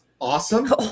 Awesome